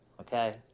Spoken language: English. Okay